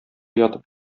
ятып